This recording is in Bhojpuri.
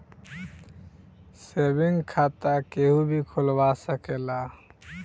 सेविंग खाता केहू भी खोलवा सकेला